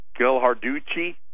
Gilharducci